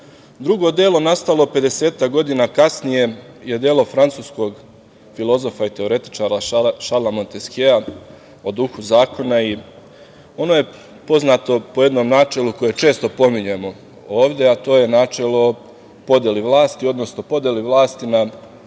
delo nastalo 50-ak godina kasnije je delo francuskog filozofa i teoretičara Šarla Monteskijea „O duhu zakona“ i ono je poznato po jednom načelu koje često pominjemo ovde, a to je načelo o podeli vlasti, odnosno podeli vlasti na